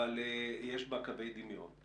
אבל יש בה קווי דמיון.